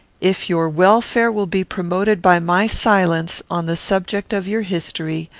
if your welfare will be promoted by my silence on the subject of your history,